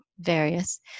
various